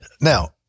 now